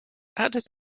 added